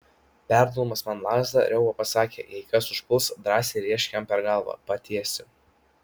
perduodamas man lazdą riauba pasakė jei kas užpuls drąsiai rėžk jam per galvą patiesi